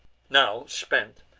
now, spent,